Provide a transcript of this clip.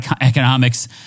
economics